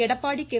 Edappadi K